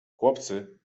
chłopcy